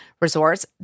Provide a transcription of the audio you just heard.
resorts